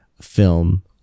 film